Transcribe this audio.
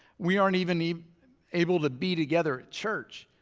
we aren't even even able to be together at church.